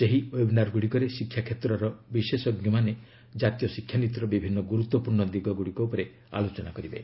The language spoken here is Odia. ସେହି ଓ୍ବେବ୍ନାରଗୁଡ଼ିକରେ ଶିକ୍ଷାକ୍ଷେତ୍ରର ବିଶେଷଜ୍ଞମାନେ କାତୀୟ ଶିକ୍ଷାନୀତିର ବିଭିନ୍ନ ଗୁରୁତ୍ୱପୂର୍ଣ୍ଣ ଦିଗ ଉପରେ ଆଲୋଚନା କରିବେ